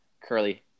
curly